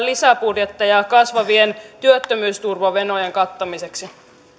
lisäbudjetteja vain kasvavien työttömyysturvamenojen kattamiseksi